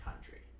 country